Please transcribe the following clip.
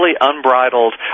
unbridled